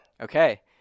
Okay